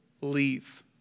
leave